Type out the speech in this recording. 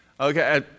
Okay